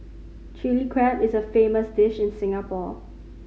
Chilli Crab is a famous dish in Singapore